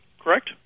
Correct